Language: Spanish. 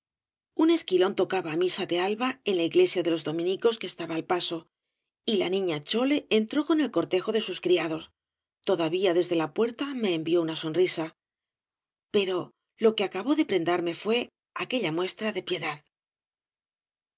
un esquilón tocaba á misa de alba en la iglesia de los dominicos que estaba al paso y la niña chole entró con el cortejo de sus criados todavía desde la puerta me envió una sonrisa pero lo que acabó de prendarme fué aquella muestra de diedad